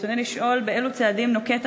ברצוני לשאול: 1. אילו צעדים נוקט